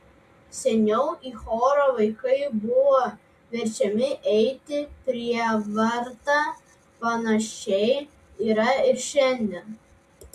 seniau į chorą vaikai buvo verčiami eiti prievarta panašiai yra ir šiandien